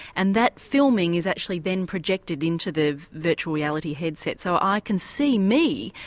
and that filming is actually then projected into the virtual reality headset. so i can see me,